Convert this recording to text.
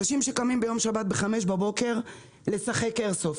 אנשים שקמים ביום שבת ב-5:00 בבוקר לשחק איירסופט,